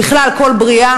בכלל כל ברייה,